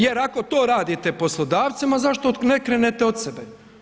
Jer ako to radite poslodavcima, zašto ne krenete od sebe?